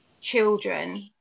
children